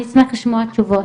אני אשמח לשמוע תשובות.